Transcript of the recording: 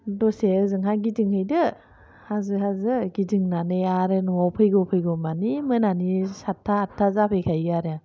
दसे ओजोंहाय गिदिंहैदो हाजो हाजो गिदिंनानै आरो न'आव फैगौमानि मोनानि सातथा आठथा जाफैखायोआरो